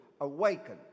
awaken